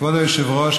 כבוד היושב-ראש,